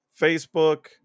Facebook